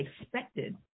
expected